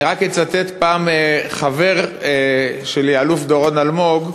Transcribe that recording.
אני רק אצטט, פעם חבר שלי, אלוף דורון אלמוג,